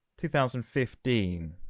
2015